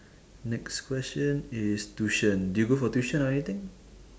next question is tuition did you go for tuition or anything